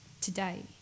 today